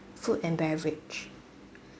food and beverage